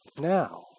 now